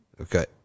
Okay